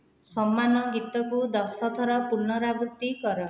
ସମାନ ଗୀତକୁ ଦଶଥର ପୁନରାବୃତ୍ତି କର